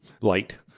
light